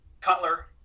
cutler